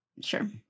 sure